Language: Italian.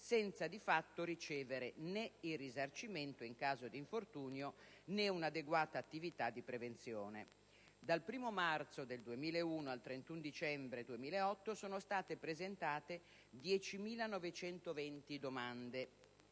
senza di fatto ricevere né il risarcimento in caso di infortunio né un'adeguata attività di prevenzione. Dal 1° marzo 2001 al 31 dicembre 2008 sono state presentate 10.920 domande